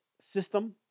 system